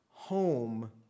home